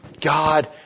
God